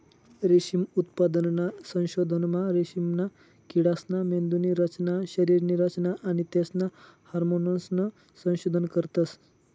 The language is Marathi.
रेशीम उत्पादनना संशोधनमा रेशीमना किडासना मेंदुनी रचना, शरीरनी रचना आणि तेसना हार्मोन्सनं संशोधन करतस